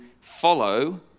follow